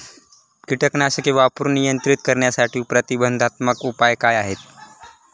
कीटकनाशके वापरून नियंत्रित करण्यासाठी प्रतिबंधात्मक उपाय काय आहेत?